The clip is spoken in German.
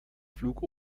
flug